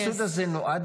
הסבסוד הזה נועד